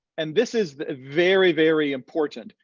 and this is very, very important.